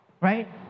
right